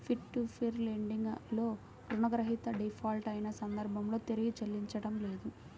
peer to peer lending లో రుణగ్రహీత default అయిన సందర్భంలో తిరిగి చెల్లించడం లేదు